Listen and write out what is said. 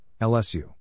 LSU